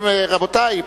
רבותי,